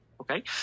okay